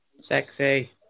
Sexy